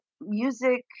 music